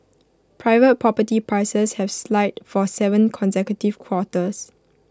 private property prices have slide for Seven consecutive quarters